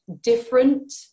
different